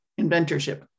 inventorship